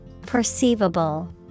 Perceivable